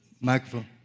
microphone